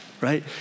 right